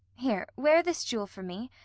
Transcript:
here, wear this jewel for me,